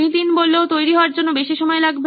নীতিন তৈরি হওয়ার জন্য বেশি সময় লাগবে